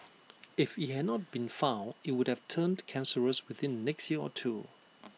if IT had not been found IT would have turned cancerous within the next year or two